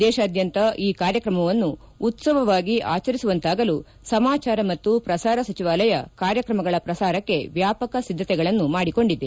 ದೇಶಾದ್ಖಂತ ಈ ಕಾರ್ಯಕ್ರಮವನ್ನು ಉತ್ಸವವಾಗಿ ಆಚರಿಸುವಂತಾಗಲು ಸಮಾಚಾರ ಮತ್ತು ಪ್ರಸಾರ ಸಚಿವಾಲಯ ಕಾರ್ಯಕ್ರಮಗಳ ಶ್ರಸಾರಕ್ಕೆ ವ್ಯಾಪಕ ಸಿದ್ಧತೆಗಳನ್ನು ಮಾಡಿಕೊಂಡಿದೆ